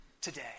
today